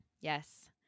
Yes